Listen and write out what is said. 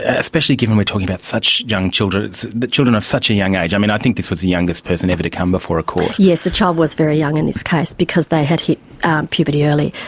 especially given we're talking about such young children, children of such a young age? i mean, i think this was the youngest person ever to come before a court. yes, the child was very young in this case because they had hit puberty early.